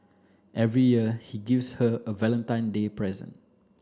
every year he gives her a Valentine Day present